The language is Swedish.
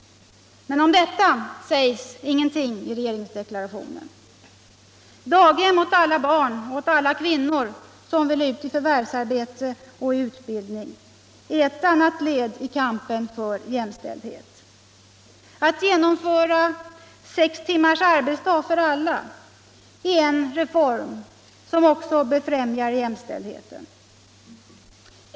Men om detta sägs ingenting I regeringsdeklarationen. Daghem åt alla barn men framför allt åt alla barn till kvinnor som vill ut i förvärvsarbete och i utbildning är ett led i kampen för jämställdhet. Att genomföra sex timmars arbetsdag för alla är en reform som också befrämjar jämställdheten.